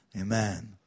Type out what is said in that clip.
Amen